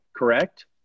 correct